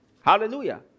Hallelujah